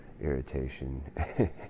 irritation